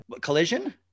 Collision